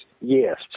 Yes